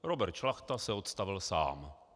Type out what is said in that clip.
Robert Šlachta se odstavil sám.